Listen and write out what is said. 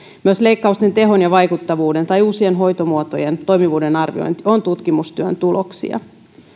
myös leikkausten tehon ja vaikuttavuuden tai uusien hoitomuotojen toimivuuden arviointi on tutkimustyön tuloksia